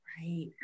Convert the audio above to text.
Right